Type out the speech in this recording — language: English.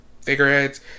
figureheads